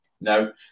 no